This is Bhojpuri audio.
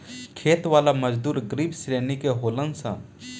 खेती वाला मजदूर गरीब श्रेणी के होलन सन